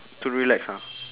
to relax ah